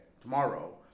tomorrow